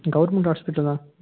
government ஹாஸ்பிட்டலா